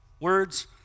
Words